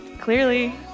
clearly